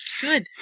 Good